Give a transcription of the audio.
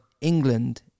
England